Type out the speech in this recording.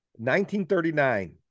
1939